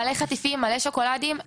מלא שוקולדים ומלא חטיפים,